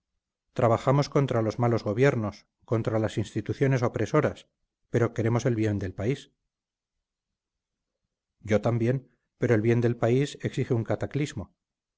trabajamos contra los malos gobiernos contra las instituciones opresoras pero queremos el bien del país yo también pero el bien del país exige un cataclismo